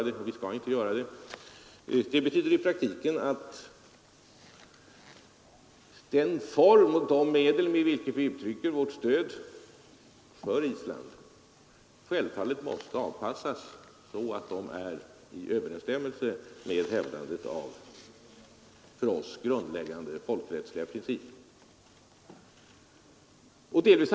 Det betyder i praktiken att den form och de medel med vilka vi uttrycker vårt stöd för Island självfallet måste anpassas så att de står i överensstämmelse med hävdandet av för oss grundläggande folkrättsliga principer.